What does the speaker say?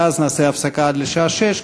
ואז נעשה הפסקה עד לשעה 18:00,